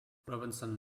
robinson